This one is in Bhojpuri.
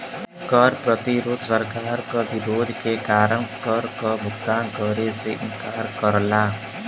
कर प्रतिरोध सरकार के विरोध के कारण कर क भुगतान करे से इंकार करला